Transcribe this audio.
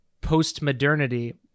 post-modernity